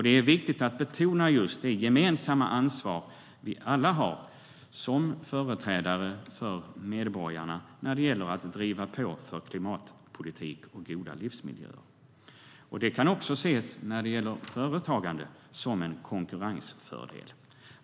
Det är viktigt att betona det gemensamma ansvar vi alla har som företrädare för medborgarna när det gäller att driva på för klimatpolitik och goda livsmiljöer. När det gäller företagande kan det också ses som en konkurrensfördel.